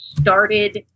started